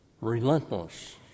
relentless